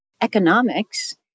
economics